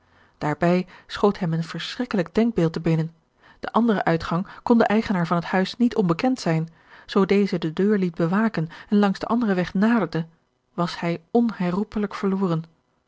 daarbij schoot hem een verschrikkelijk denkbeeld te binnen de andere uitgang kon den eigenaar van het huis niet onbekend zijn zoo deze de deur liet bewaken en langs den anderen weg naderde was hij onherroepelijk verloren